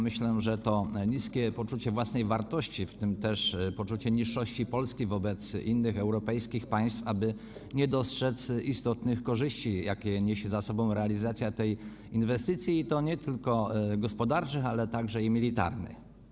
Myślę, że to niskie poczucie własnej wartości, w tym też poczucie niższości Polski wobec innych europejskich państw, aby nie dostrzec istotnych korzyści, jakie niesie ze sobą realizacja tej inwestycji, i to nie tylko gospodarczych, ale także militarnych.